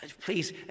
please